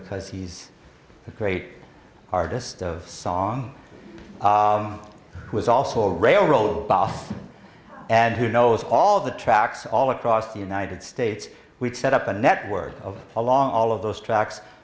because he's a great artist of song who is also a railroad boss and who knows all the tracks all across the united states we'd set up a network of along all of those tracks